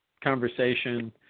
conversation